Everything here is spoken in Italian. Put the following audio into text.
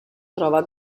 trova